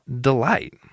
delight